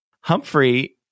Humphrey